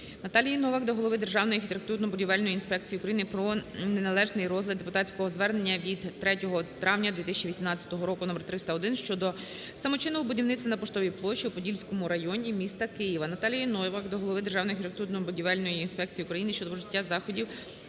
Наталії Новак до голови Державної архітектурно-будівельної інспекції України про неналежний розгляд депутатського звернення від 3 травня 2018 року № 301 щодо самочинного будівництва на Поштовій площі у Подільському районі міста Києва. Наталії Новак до голови Державної архітектурно-будівельної інспекції України щодо вжиття заходів